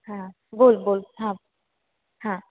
हां बोल बोल हां हां